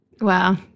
Wow